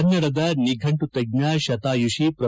ಕನ್ನಡದ ನಿಘಂಟು ತಜ್ಞ ಶತಾಯುಷಿ ಪೊ